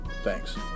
Thanks